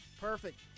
Perfect